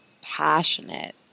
passionate